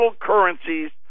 currencies